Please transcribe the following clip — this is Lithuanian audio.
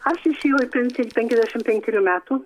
aš išėjau į pensiją penkiasdešimt penkerių metų